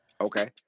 Okay